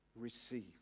receive